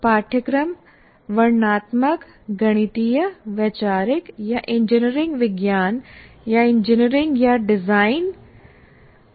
पाठ्यक्रम वर्णनात्मक गणितीय वैचारिक या इंजीनियरिंग विज्ञान या इंजीनियरिंग या डिजाइन उन्मुख हो सकते हैं